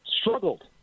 struggled